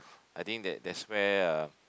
I think that that's where uh